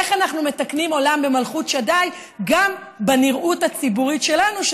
איך אנחנו מתקנים עולם במלכות שדי גם בנראות הציבורית שלנו,